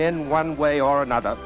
in one way or another